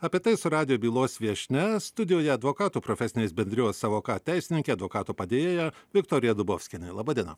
apie tai su radijo bylos viešnia studijoje advokatų profesinės bendrijos savoka teisininkė advokato padėjėja viktorija dubovskienė laba diena